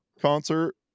concert